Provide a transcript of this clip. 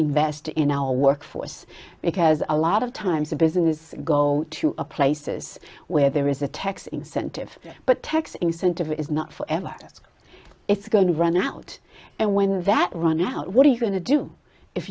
invest in our workforce because a lot of times the business go to places where there is a tax incentive but tax incentive is not forever it's going to run out and when that run out what are you going to do if